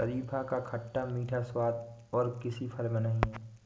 शरीफा का खट्टा मीठा स्वाद और किसी फल में नही है